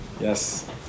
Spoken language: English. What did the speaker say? yes